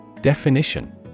Definition